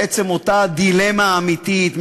בעצם אותה דילמה אמיתית,